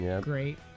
Great